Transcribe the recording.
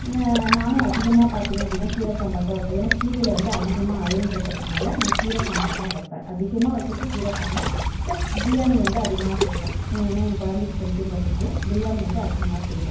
நானும் அதிகமாக பார்த்திங்க அப்படின்னா கீரை சாம்பார் தான் வைப்பேன் ஏன்னா கீரையில் வந்து அதிகமாக அயர்ன்ருக்கறதுனால் நான் கீரை சாம்பார் தான் வைப்பேன் அதிகமாக வைக்கிறது கீரை சாம்பார் ப்ளஸ்ட் பிரியாணி வந்து அதிகமாக செய்வோம் ஏன்னா என் குழந்தைக்கி பிடிக்குங்கறதுனால பிரியாணி வந்து அதிகமாக செய்வோம்